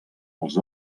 els